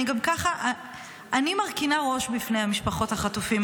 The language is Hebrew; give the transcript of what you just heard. אני מרכינה ראש בפני משפחות החטופים,